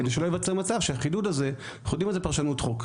כדי שלא ייווצר מצב שהחידוד הזה אנחנו יודעים מה זו פרשנות חוק.